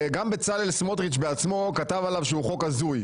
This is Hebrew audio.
גם בצלאל סמוטריץ' בעצמו כתב עליו שהוא חוק הזוי.